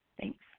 Thanks